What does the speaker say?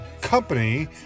company